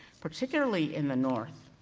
particularly in the north,